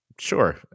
Sure